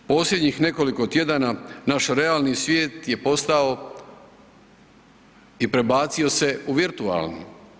Posljednjih nekoliko tjedana naš realni svijet je postao i prebacio se u virtualni.